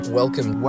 welcome